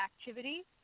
activity